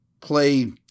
play